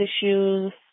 issues